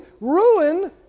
ruin